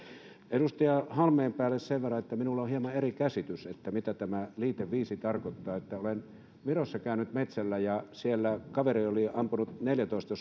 edustaja halmeenpäälle sen verran että minulla on hieman eri käsitys siitä mitä tämä liite viisi tarkoittaa olen virossa käynyt metsällä ja siellä kaveri oli ampunut neljätoista